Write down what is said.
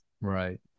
right